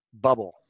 bubble